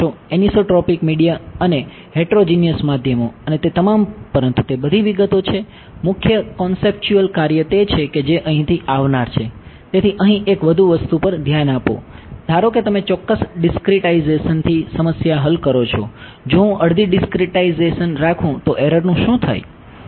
જો હું અડધી ડિસ્ક્રીટાઇઝેશન રાખું તો એરરનું શું થાય